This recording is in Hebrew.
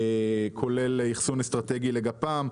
כולל אכסון אסטרטגי לגפ"מ,